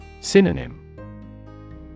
Synonym